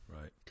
right